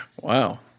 Wow